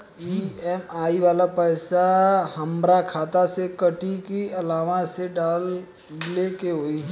EMI वाला पैसा हाम्रा खाता से कटी की अलावा से डाले के होई?